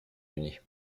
unis